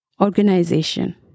organization